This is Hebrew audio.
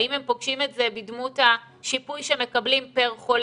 האם הם פוגשים את זה בדמות השיפוי שמקבלים פר חולה,